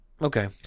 okay